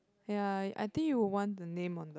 ya I think you want the name of the